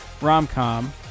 rom-com